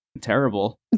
terrible